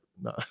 no